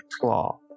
claw